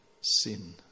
sin